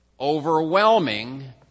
overwhelming